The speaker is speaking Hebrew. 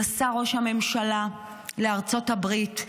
נסע ראש הממשלה לארצות הברית,